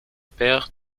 père